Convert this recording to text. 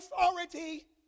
authority